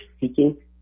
seeking